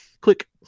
click